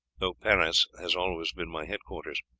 though paris has always been my head-quarters.